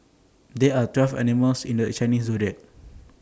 there are twelve animals in the Chinese Zodiac